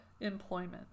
Employment